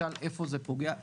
פה פגעתי,